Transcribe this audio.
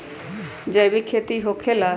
जैविक खेती का होखे ला?